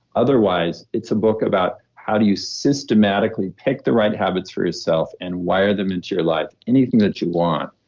otherwise, it's a book about how do you systematically pick the right habits for yourself and wire them into your life anything that you want.